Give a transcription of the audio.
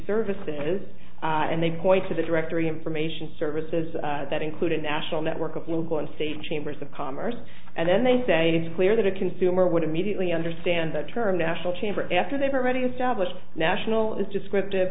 services and they point to the directory information services that include a national network of local and state chambers of commerce and then they say it's clear that a consumer would immediately understand the term national chamber after they've already established national is descriptive